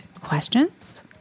questions